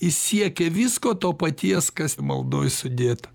jis siekia visko to paties kas maldoj sudėta